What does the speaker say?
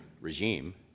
regime